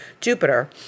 Jupiter